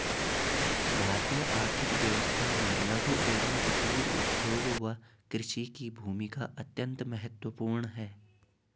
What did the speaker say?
भारतीय आर्थिक व्यवस्था में लघु एवं कुटीर उद्योग व कृषि की भूमिका अत्यंत महत्वपूर्ण है